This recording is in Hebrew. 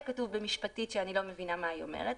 כתוב בשפה משפטית שהוא לא מבין מה היא אומרת,